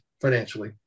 financially